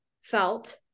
felt